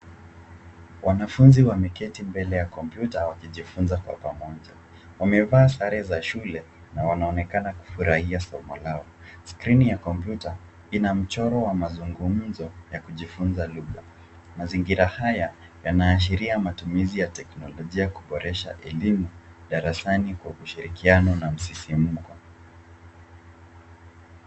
Wanafunzi wameketi mbele ya kompyuta wakijifunza kwa pamoja. Wamevaa sare za shule na wanaonekana kufurahia somo lao. Skrini wa kompyuta ina mchoro wa mazungumzo ya kujifunza lugha. Mazingira haya yanaashiria matumizi ya teknolojia kuboresha elimu darasani kwa kushirikiana na msisimuko.